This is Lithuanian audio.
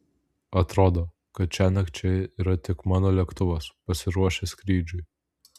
atrodo kad šiąnakt čia yra tik mano lėktuvas pasiruošęs skrydžiui